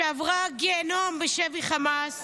שעברה גיהינום בשבי חמאס